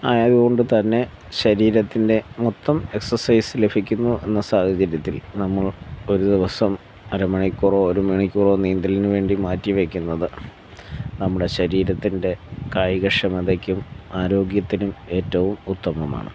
ആയതുകൊണ്ട്തന്നെ ശരീരത്തിൻ്റെ മൊത്തം എക്സസൈസ് ലഫിക്കുന്നു എന്ന സാഹചര്യത്തിൽ നമ്മൾ ഒരുദിവസം അരമണിക്കൂറോ ഒരുമണിക്കൂറോ നീന്തലിന് വേണ്ടി മാറ്റിവെയ്ക്ക്ന്നത് നമ്മുടെ ശരീരത്തിൻ്റെ കായികക്ഷമതയ്ക്കും ആരോഗ്യത്തിനും ഏറ്റവും ഉത്തമമാണ്